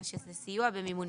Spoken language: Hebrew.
אלא שזה סיוע במימון.